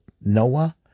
Noah